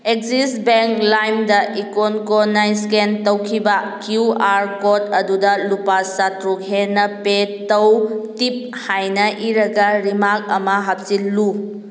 Axis Bank ꯂꯥꯏꯝꯗ ꯏꯀꯣꯟ ꯀꯣꯟꯅ ꯏꯁꯀꯦꯟ ꯇꯧꯈꯤꯕ ꯀ꯭ꯌꯨ ꯑꯥꯔ ꯀꯣꯗ ꯑꯗꯨꯗ ꯂꯨꯄꯥ ꯆꯥꯇꯔꯨꯛ ꯍꯦꯟꯅ ꯄꯦꯠ ꯇꯧ ꯇꯤꯞ ꯍꯥꯏꯅ ꯏꯔꯒ ꯔꯤꯃꯥꯛ ꯑꯃ ꯍꯥꯞꯆꯤꯜꯂꯨ